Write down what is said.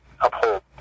uphold